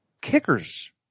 kickers